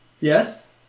yes